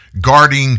guarding